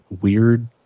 weird